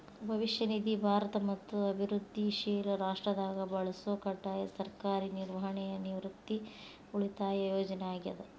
ಭವಿಷ್ಯ ನಿಧಿ ಭಾರತ ಮತ್ತ ಅಭಿವೃದ್ಧಿಶೇಲ ರಾಷ್ಟ್ರದಾಗ ಬಳಸೊ ಕಡ್ಡಾಯ ಸರ್ಕಾರಿ ನಿರ್ವಹಣೆಯ ನಿವೃತ್ತಿ ಉಳಿತಾಯ ಯೋಜನೆ ಆಗ್ಯಾದ